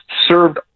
served